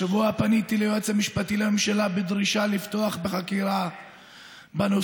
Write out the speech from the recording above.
השבוע פניתי ליועץ המשפטי לממשלה בדרישה לפתוח חקירה בנושא,